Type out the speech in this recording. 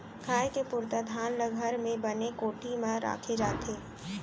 खाए के पुरता धान ल घर म बने कोठी म राखे जाथे